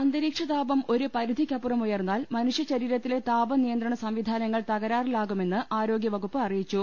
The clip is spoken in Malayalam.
അന്തരീക്ഷ താപ്പം ഒരു പരിധിക്കപ്പുറം ഉയർന്നാൽ മനുഷ്യ ശരീരത്തിലെ താപ നിയന്ത്രണ സംവിധാനങ്ങൾ തകരാറിലാകു മെന്ന് ആരോഗ്യവകുപ്പ് അറിയിച്ചു